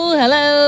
hello